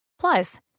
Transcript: Plus